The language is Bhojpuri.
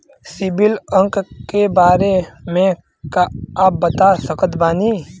सिबिल अंक के बारे मे का आप बता सकत बानी?